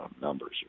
numbers